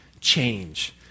change